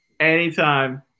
Anytime